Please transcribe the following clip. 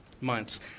months